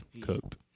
Cooked